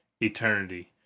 eternity